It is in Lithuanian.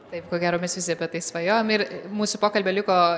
taip ko gero mes visi apie tai svajojam ir mūsų pokalbio liko